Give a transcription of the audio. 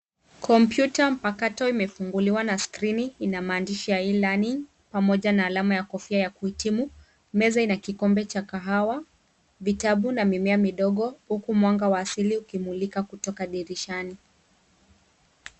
Kompyuta mpakato imefunguliwa na skrini ina maandishi ya E- learning pamoja na alama ya kofia ya kuhitimu. Meza ina kikombe cha kahawa, vitabu na mimea midogo huku mwanga wa asili ukimulika kutoka dirishani.